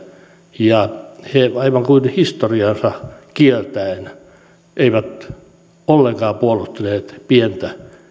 ja he aivan kuin historiansa kieltäen eivät ollenkaan puolustaneet pienten